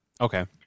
Okay